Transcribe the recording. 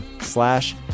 slash